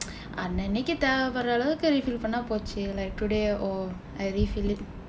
அன்ன அன்னைக்கு தேவை படுற அளவுக்கு:anna annaikku theevai padura alavukku refil பண்ணா போச்சு:pannaa poochsu like today oh I refill it